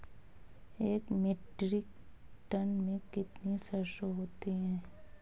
एक metric ton में कितनी सरसों होती है?